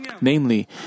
Namely